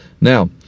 Now